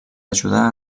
ajudar